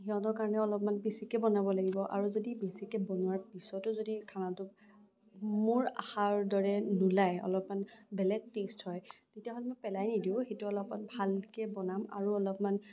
সিহঁতৰ কাৰণেও অলপমান বেছিকে বনাব লাগিব আৰু যদি বেছিকে বনোৱাৰ পিছতো যদি খানাতো মোৰ আশাৰ দৰে নোলায় অলপমান বেলেগ টেষ্ট হয় তেতিয়াহ'লে মই পেলাই নিদিও সেইটো অলপমান ভালকে বনাম আৰু অলপমান